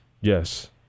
Yes